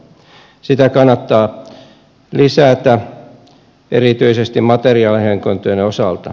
sitä kannattaa lisätä erityisesti materiaalihankintojen osalta